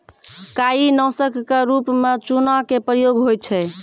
काई नासक क रूप म चूना के प्रयोग होय छै